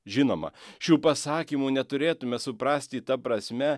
žinoma šių pasakymų neturėtume suprasti ta prasme